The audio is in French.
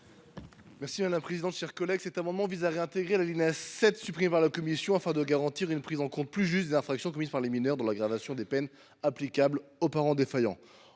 est à M. Joshua Hochart. Cet amendement vise à réintégrer l’alinéa 7, supprimé par la commission, afin de garantir une prise en compte plus juste des infractions commises par les mineurs dans l’aggravation des peines applicables aux parents défaillants.